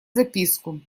записку